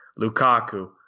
Lukaku